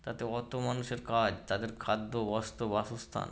তাতে অতো মানুষের কাজ তাদের খাদ্য বস্ত্র বাসস্থান